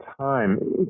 time